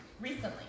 recently